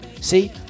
See